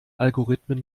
algorithmen